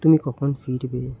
তুমি কখন ফিরবে